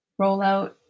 rollout